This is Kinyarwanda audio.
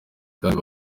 kandi